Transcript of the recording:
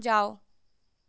जाओ